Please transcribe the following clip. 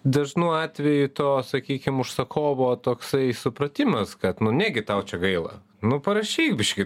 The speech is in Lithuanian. dažnu atveju to sakykim užsakovo toksai supratimas kad nu negi tau čia gaila nu parašyk biškį